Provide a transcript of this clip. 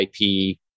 IP